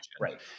Right